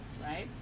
right